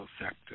sector